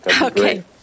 Okay